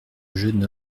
jeune